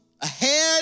ahead